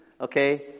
okay